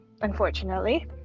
unfortunately